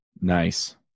Nice